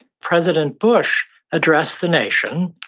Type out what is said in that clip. president bush addressed the nation,